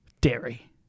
Dairy